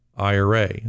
IRA